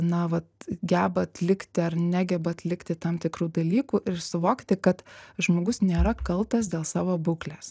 na vat geba atlikti ar negeba atlikti tam tikrų dalykų ir suvokti kad žmogus nėra kaltas dėl savo būklės